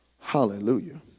hallelujah